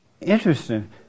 Interesting